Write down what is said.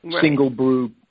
single-brew